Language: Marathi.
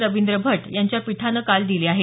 रविंद्र भट्ट यांच्या पीठानं काल दिले आहेत